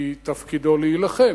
כי תפקידו להילחם,